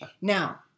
Now